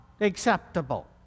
acceptable